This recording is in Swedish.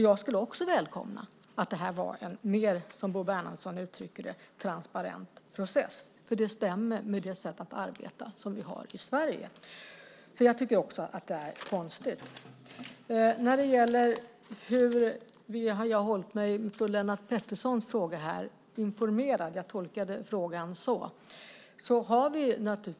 Jag skulle också välkomna att det här var en mer, som Bo Bernhardsson uttrycker det, transparent process eftersom det stämmer med det sätt som vi har att arbeta på i Sverige. Jag tycker också att det är konstigt. Jag tolkar Lennart Petterssons fråga så att han undrar hur jag har hållit mig informerad.